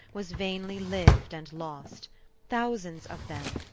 was vainly lived and lost thousands of them,